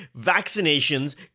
vaccinations